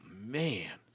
man